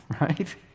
Right